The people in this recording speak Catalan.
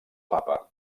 papa